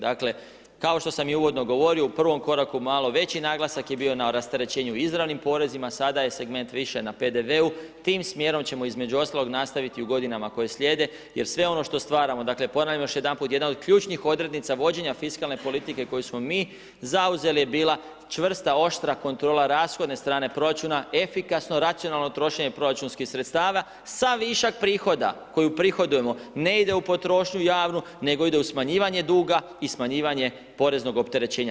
Dakle kao što i sam uvodno govorio, u prvom koraku malo veći naglasak je bio na rasterećenju izravnim porezima, sada je segment više na PDV-u, tim smjerom ćemo između ostalog nastaviti u godinama koje slijede jer sve ono što stvaramo dakle, ponavljam još jedanput, jedna od ključnih odrednica vođenja fiskalne politike koju smo mi zauzeli je bila čvrsta, oštra kontrola rashodne strane proračuna, efikasno racionalno trošenje proračunskih sredstava, sa višak prihoda koju prihodujemo ne ide u potrošnju javnu, nego ide u smanjivanje duga i smanjivanje poreznog opterećenja.